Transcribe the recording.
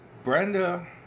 Brenda